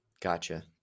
gotcha